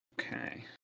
Okay